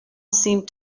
seemed